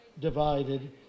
divided